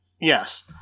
Yes